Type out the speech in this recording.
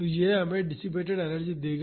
तो यह हमें डिसिपेटड एनर्जी देगा